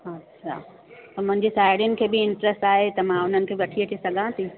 अच्छा मुंहिंजी साहेड़ियुनि खे बि इंटरस्ट आहे त मां उन्हनि खे बि वठी अची सघां थी